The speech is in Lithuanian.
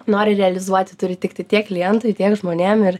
nori realizuoti turi tikti tiek klientui tiek žmonėm ir